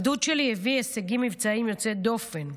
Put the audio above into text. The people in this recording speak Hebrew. הגדוד שלי הביא הישגים מבצעיים יוצאי דופן,